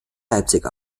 leipzig